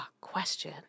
question